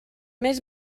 més